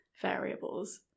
variables